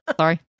Sorry